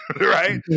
right